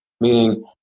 meaning